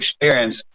experience